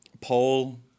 Paul